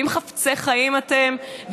אם חפצי חיים אתם,